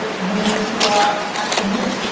but you need to ah actually mean it.